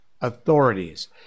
authorities